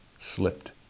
slipped